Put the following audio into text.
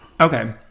Okay